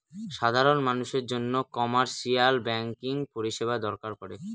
সাধারন মানুষের জন্য কমার্শিয়াল ব্যাঙ্কিং পরিষেবা দরকার পরে